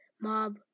mob